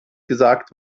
gesagt